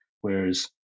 Whereas